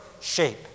shape